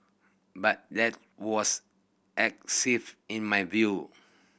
but that was excessive in my view